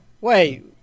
wait